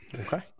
Okay